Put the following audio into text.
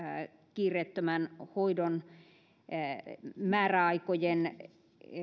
kiireettömän hoidon määräaikojen